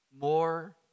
more